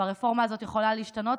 והרפורמה הזאת יכולה להשתנות.